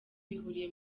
bihuriye